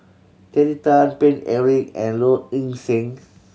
Terry Tan Paine Eric and Low Ing Sing